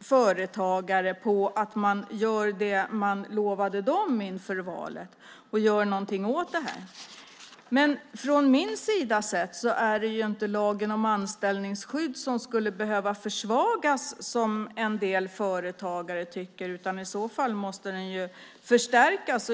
företagare på att man gör det man lovade dem inför valet och gör något åt det här. Men från min sida sett behöver inte lagen om anställningsskydd försvagas, som en del företagare tycker, utan den måste i stället förstärkas.